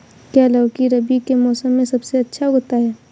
क्या लौकी रबी के मौसम में सबसे अच्छा उगता है?